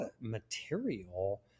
material